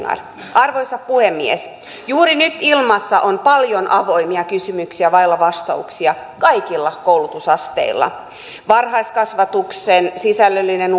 arvoisa puhemies juuri nyt ilmassa on paljon avoimia kysymyksiä vailla vastauksia kaikilla koulutusasteilla varhaiskasvatuksen sisällöllinen